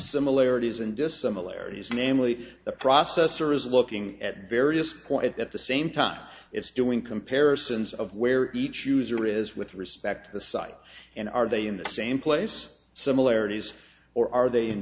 similarities and dissimilarities namely the processor is looking at various points at the same time it's doing comparisons of where each user is with respect to the site and are they in the same place similarities or are they in